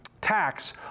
tax